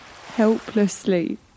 Helplessly